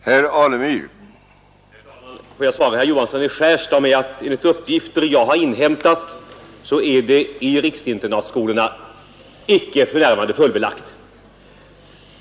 Herr talman! Får jag svara herr Johansson i Skärstad att enligt uppgifter som jag har inhämtat är det i riksinternatskolorna icke för närvarande fullbelagt.